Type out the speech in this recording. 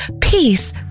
peace